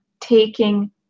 taking